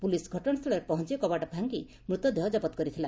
police ଘଟଣାସ୍ଚୁଳରେ ପହଞ୍ କବାଟ ଭାଙ୍ଗି ମୃତଦେହ କବତ କରିଥିଲା